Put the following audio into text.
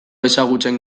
ezagutzen